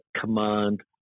command